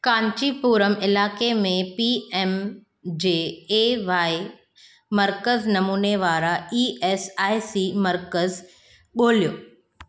कांचीपुरम इलाइक़े में P M J A Y मर्कज़ नमूने वारा ई एस आइ सी मर्कज़ ॻोल्हियो